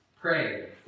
pray